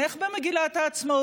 אני מברך אותך בשם סיעת המחנה הציוני